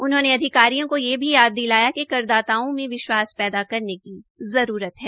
उन्होंने अधिकारियों को यह भी याद दिलाया कि करदाताओं में विश्वास पैदा करने की जरूरत है